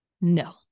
no